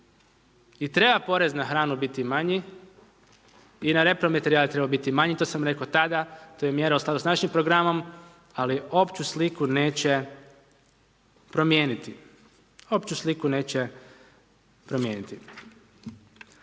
I treba porez na hranu biti manji i na repromaterijal treba biti manji, to sam rekao tada, to je mjera u skladu s našim programom, ali opću sliku neće promijeniti.